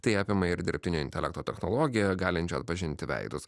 tai apima ir dirbtinio intelekto technologiją galinčią atpažinti veidus